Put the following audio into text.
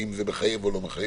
האם זה מחייב או לא מחייב,